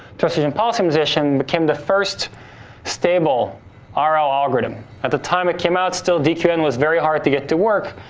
trust region policy optimization became the first stable ah rl algorithm. at the time it came out, still dqm and was very hard to get to work,